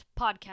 podcast